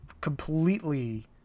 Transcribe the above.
completely